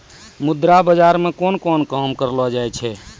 मुद्रा बाजार मे कोन कोन काम करलो जाय छै